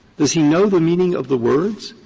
does he know the meaning of the words?